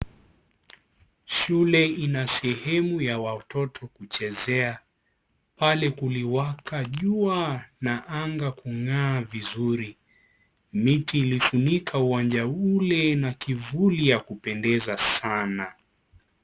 Shule ina sehemu ya watoto kuchezea. Pale kuliwaka jua na anga kung'aa vizuri. Miti ilifunika uwanja ule na kivuli ya kupendeza sana.